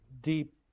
deep